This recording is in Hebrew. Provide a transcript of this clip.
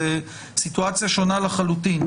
זאת סיטואציה שונה לחלוטין.